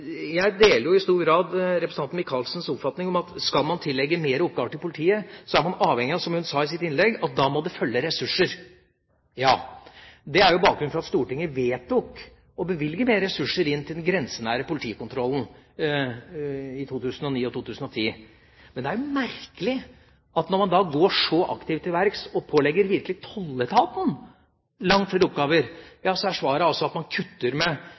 jeg deler jo i stor grad representanten Michaelsens oppfatning – er at skal man tillegge politiet flere oppgaver, er man avhengig av, som hun sa i sitt innlegg, at det må følge ressurser. Ja, det er bakgrunnen for at Stortinget vedtok å bevilge mer ressurser til den grensenære politikontrollen i 2009 og 2010. Men det er jo merkelig at når man går så aktivt til verks og virkelig pålegger tolletaten langt flere oppgaver, er svaret at man kutter ressursene det ene året med